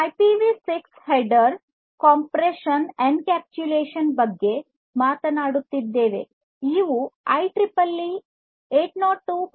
ಐಪಿವಿ6 header compression encapsulation ಬಗ್ಗೆ ಮಾತನಾಡುತ್ತದೆ ಇವು ಐಇವಿಇ 802